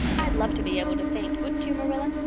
i'd love to be able to faint, wouldn't you, marilla?